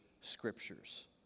scriptures